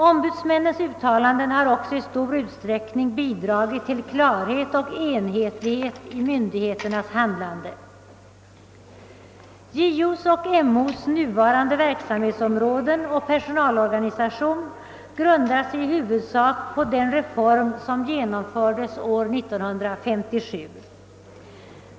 Ombudsmännens uttalanden har också i stor utsträckning bidragit till att skapa klarhet och enhetlighet i myndigheternas handlande. JO:s och MO:s nuvarande verksamhetsområden och personalorganisation grundas i huvudsak på den reform som genomfördes år 1957.